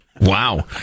Wow